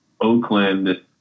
Oakland